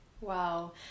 Wow